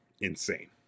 insane